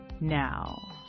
Now